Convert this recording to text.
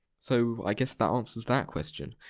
so i guess that answers that question.